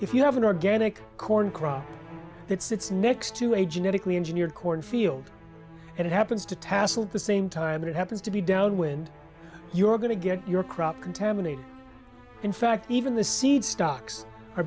if you have an organic corn crop that sits next to a genetically engineered corn field and it happens to tasseled the same time that it happens to be downwind you're going to get your crop contaminated in fact even the seed stocks are